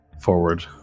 forward